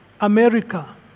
America